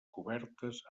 cobertes